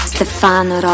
Stefano